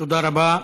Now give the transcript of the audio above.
תודה רבה.